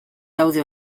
daude